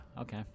Okay